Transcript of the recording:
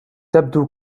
تبدو